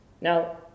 Now